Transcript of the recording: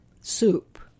soup